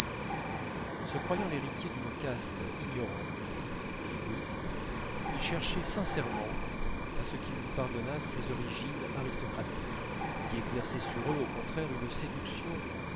se croyant l'héritier d'une caste ignorante et égoïste il cherchait sincèrement à ce qu'ils lui pardonnassent ces origines aristocratiques qui exerçaient sur eux au contraire une séduction